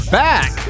back